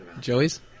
Joey's